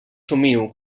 somio